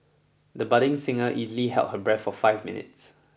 the budding singer easily held her breath for five minutes